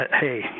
hey